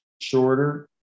shorter